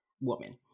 Woman